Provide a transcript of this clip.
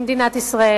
ממדינת ישראל,